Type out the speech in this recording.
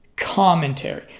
commentary